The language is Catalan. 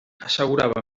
assegurava